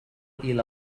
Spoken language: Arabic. إلى